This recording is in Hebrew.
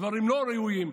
דברים לא ראויים.